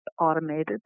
automated